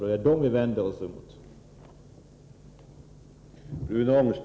Det är dem som vi vänder oss emot.